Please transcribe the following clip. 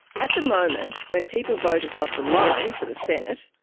at the moment, when people vote above the line for the senate,